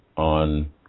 on